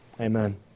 Amen